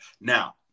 Now